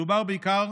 מדובר בעיקר